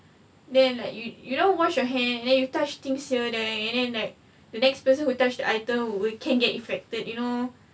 then like you you don't wash your hand and then you touch things here there and then like the next person who touch the items will can get effected you know